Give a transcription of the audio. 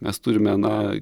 mes turime na